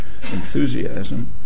enthusiasm